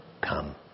come